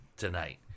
tonight